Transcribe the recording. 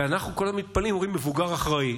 ואנחנו כל הזמן מתפלאים ואומרים: מבוגר אחראי.